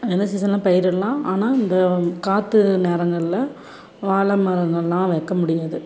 எந்த சீசன்லேயும் பயிரிடலாம் ஆனால் இந்த காற்று நேரங்களில் வாழை மரங்களெலாம் வைக்க முடியாது